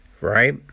right